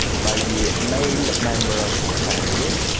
by the male member of the family,